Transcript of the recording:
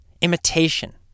Imitation